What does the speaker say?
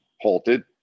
halted